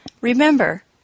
Remember